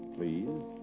Please